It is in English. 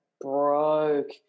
broke